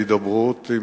בהידברות,